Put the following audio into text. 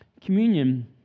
communion